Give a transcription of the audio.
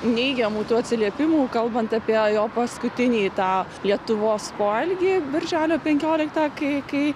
neigiamų atsiliepimų kalbant apie jo paskutinį tą lietuvos poelgį birželio penkioliktą kai kai